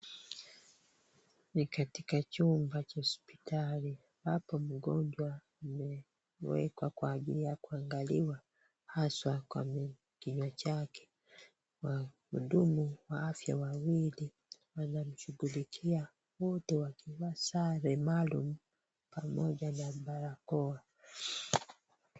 Ni katika chumba cha hospitali. Hapa mgonjwa amewekwa kwa ajili ya kuangaliwa haswa kwa kinywa chake. Wahudumu wa afya wawili wanamshughulikia, wote wakivaa sare maalum pamoja na barakoa.